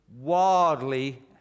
wildly